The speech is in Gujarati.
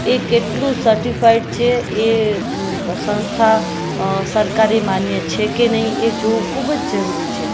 એ કેટલું સર્ટિફાઈડ છે એ સંસ્થા સરકારી માન્ય છે કે નહીં જોવું ખૂબ જ જરૂરી છે